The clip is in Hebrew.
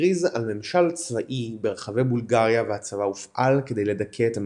הכריז על ממשל צבאי ברחבי בולגריה והצבא הופעל כדי לדכא את המהומות.